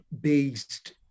based